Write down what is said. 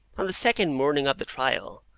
on the second morning of the trial,